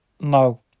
No